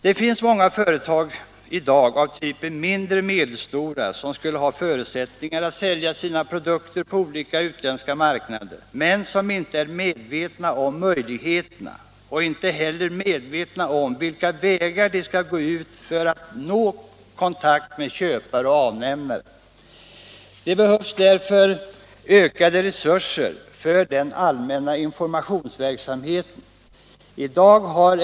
Det finns i dag många företag av typen mindre och medelstora, som skulle ha förutsättningar att sälja sina produkter på olika utländska marknader men som inte är medvetna om möjligheterna och inte heller vet vilka vägar de skall gå för att nå kontakt med köpare och avnämare. Det behövs därför ökade resurser för den allmänna informationsverksamheten.